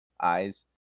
eyes